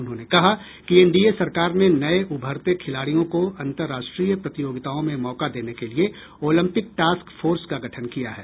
उन्होंने कहा कि एनडीए सरकार ने नये उभरते खिलाडियों को अंतर्राष्ट्रीय प्रतियोगिताओं में मौका देने के लिए ओलिम्पिक टास्क फोर्स का गठन किया है